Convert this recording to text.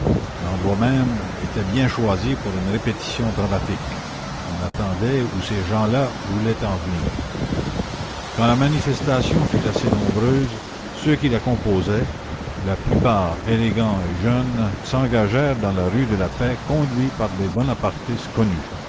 l'endroit même était bien choisi pour une répétition dramatique on attendait où ces gens-là voulaient en venir quand la manifestation fut assez nombreuse ceux qui la composaient la plupart élégants et jeunes s'engagèrent dans la rue de la paix conduits par des bonapartistes connus